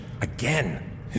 Again